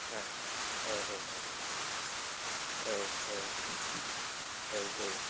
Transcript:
औ औ औ औ औ औ औ